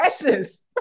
precious